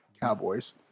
Cowboys